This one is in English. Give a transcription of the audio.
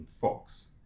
FOX